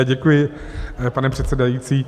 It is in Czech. Děkuji, pane předsedající.